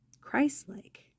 Christ-like